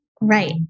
Right